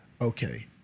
Okay